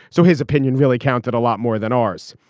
so his opinion really counted a lot more than ah rs.